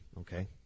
okay